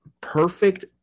perfect